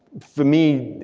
for me,